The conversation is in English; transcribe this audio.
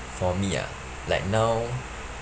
for me ah like now